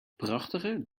prachtige